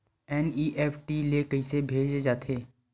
NEFT ले कइसे भेजे जाथे?